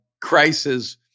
crisis